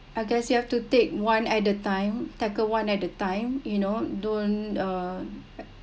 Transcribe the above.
I guess you have to take one at the time tackled one at the time you know don't uh